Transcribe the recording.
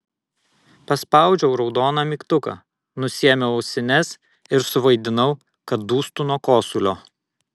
paspaudžiau raudoną mygtuką nusiėmiau ausines ir suvaidinau kad dūstu nuo kosulio